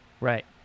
Right